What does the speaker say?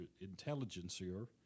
Intelligencer